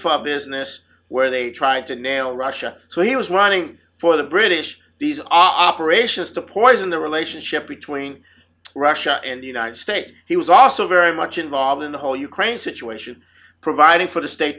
defeat business where they tried to nail russia so he was running for the british these operations to poison the relationship between russia and the united states he was also very much involved in the whole ukraine situation providing for the state